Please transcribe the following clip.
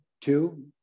two